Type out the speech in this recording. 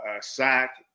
sack